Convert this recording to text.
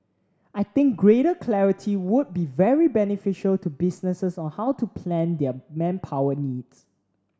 I think greater clarity would be very beneficial to businesses on how to plan their manpower needs